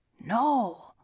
No